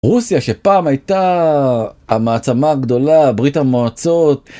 רוסיה שפעם הייתה המעצמה הגדולה, ברית המועצות.